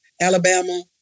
Alabama